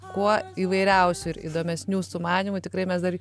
kuo įvairiausių ir įdomesnių sumanymų tikrai mes dar